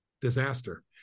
disaster